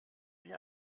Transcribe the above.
wie